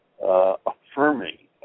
affirming